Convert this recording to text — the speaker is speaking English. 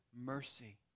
mercy